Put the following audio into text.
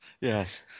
Yes